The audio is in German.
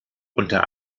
unter